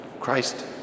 Christ